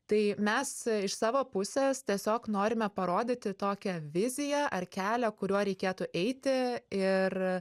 tai mes iš savo pusės tiesiog norime parodyti tokią viziją ar kelią kuriuo reikėtų eiti ir